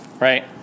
right